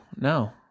no